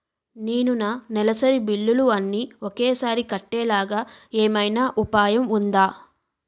నేను నా నెలసరి బిల్లులు అన్ని ఒకేసారి కట్టేలాగా ఏమైనా ఉపాయం ఉందా?